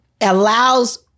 allows